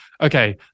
okay